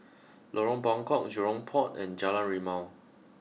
Lorong Buangkok Jurong Port and Jalan Rimau